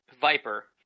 Viper